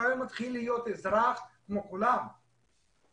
מתי הוא מתחיל להיות אזרח כמו כולם או